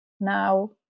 now